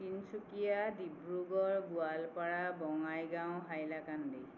Tinsukia Dibrugarh Goalpara Bongaigaon Hailakandi